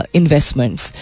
investments